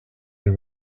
they